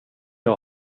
jag